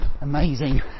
Amazing